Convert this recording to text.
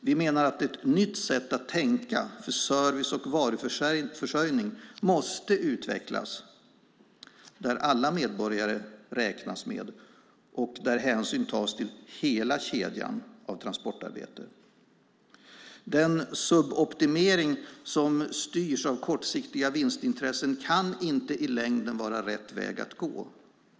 Vi menar att ett nytt sätt att tänka för service och varuförsörjning måste utvecklas där alla medborgare räknas och där hänsyn tas till hela kedjan av transportarbete. Den suboptimering som styrs av kortsiktiga vinstintressen kan inte i längden vara rätt väg att gå.